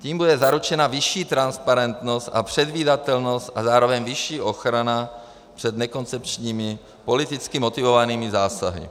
Tím bude zaručena vyšší transparentnost a předvídatelnost a zároveň vyšší ochrana před nekoncepčními, politicky motivovanými zásahy.